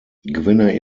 gewinner